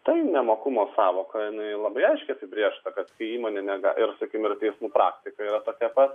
tai nemokumo sąvoka labai aiškiai apibrėžta kad kai įmonė negali ir sakykim ir kai praktika yra tokia pat